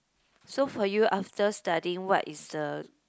so for you after studying what is the